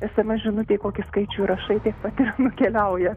esemes žinutej kokį skaičių įrašai tiek pat ir nukeliauja